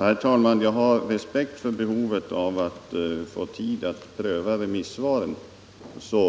Herr talman! Jag har respekt för behovet att få tid att pröva remissvaren.